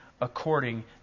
according